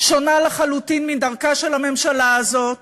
שונה לחלוטין מדרכה של הממשלה הזאת.